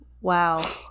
Wow